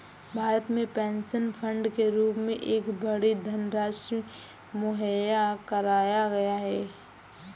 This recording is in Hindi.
भारत में पेंशन फ़ंड के रूप में एक बड़ी धनराशि मुहैया कराया गया है